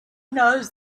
knows